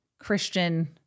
Christian